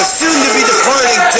soon-to-be-departing